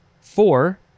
Four